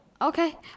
Okay